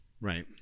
right